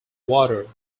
water